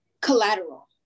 Collateral